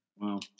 Wow